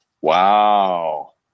Wow